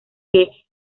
que